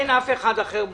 אין אף אחד אחר בעולם.